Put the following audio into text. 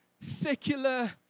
secular